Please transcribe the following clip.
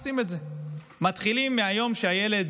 מתחילים מהיום שהילד